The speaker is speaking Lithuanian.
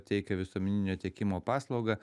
teikia visuomeninio tiekimo paslaugą